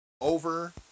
over